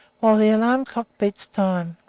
while the alarm-clocks beat time.